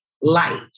light